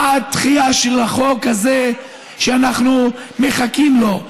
בעד דחייה של החוק הזה, שאנחנו מחכים לו,